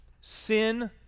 sin